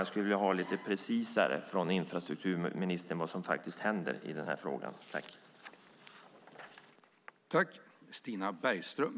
Jag skulle från infrastrukturministern vilja höra lite mer precist vad som faktiskt händer i denna fråga.